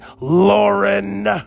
lauren